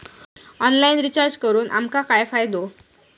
Online recharge करून आमका काय फायदो?